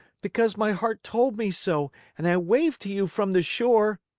because my heart told me so and i waved to you from the shore